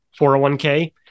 401k